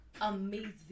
amazing